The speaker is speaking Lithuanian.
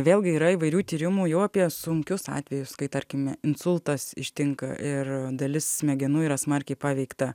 vėlgi yra įvairių tyrimų jau apie sunkius atvejus kai tarkime insultas ištinka ir dalis smegenų yra smarkiai paveikta